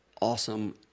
awesome